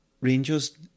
Rangers